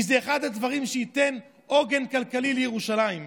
כי זה אחד הדברים שייתנו עוגן כלכלי לירושלים.